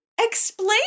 Explain